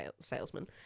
salesman